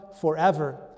forever